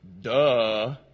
duh